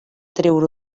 treure